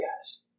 guys